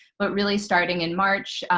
but really starting in march